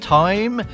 time